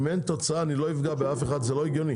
אם אין תוצאה אני לא אפגע באף אחד, זה לא הגיוני.